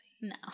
No